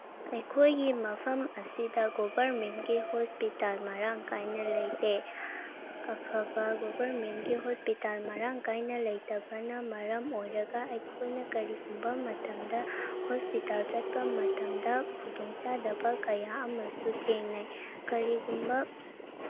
ꯑꯩꯈꯣꯏꯒꯤ ꯃꯐꯝ ꯑꯁꯤꯗ ꯒꯣꯚꯔꯃꯦꯟꯒꯤ ꯍꯣꯁꯄꯤꯇꯥꯜ ꯃꯔꯥꯡ ꯀꯥꯏꯅ ꯂꯩꯇꯦ ꯑꯐꯕ ꯒꯣꯚꯔꯃꯦꯟꯒꯤ ꯍꯣꯁꯄꯤꯇꯥꯜ ꯃꯔꯥꯡ ꯀꯥꯏꯅ ꯂꯩꯇꯕꯅ ꯃꯔꯝ ꯑꯣꯏꯔꯒ ꯑꯩꯈꯣꯏꯅ ꯀꯔꯤꯒꯨꯝꯕ ꯃꯇꯝꯗ ꯍꯣꯁꯄꯤꯇꯥꯜ ꯆꯠꯄ ꯃꯇꯝꯗ ꯈꯨꯗꯣꯡ ꯆꯥꯗꯕ ꯀꯌꯥ ꯑꯃꯁꯨ ꯊꯦꯡꯅꯩ ꯀꯔꯤꯒꯨꯝꯕ